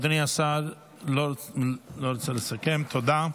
אדוני השר לא רוצה לסכם, תודה.